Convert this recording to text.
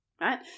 right